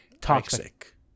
Toxic